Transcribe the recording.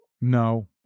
No